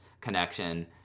Connection